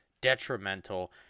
detrimental